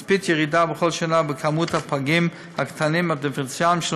נצפית ירידה בכל שנה במספר הפגים הקטנים הדיפרנציאליים,